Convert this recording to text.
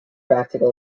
practical